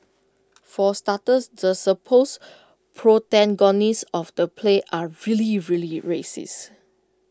for starters the supposed protagonists of the play are really really racist